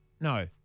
No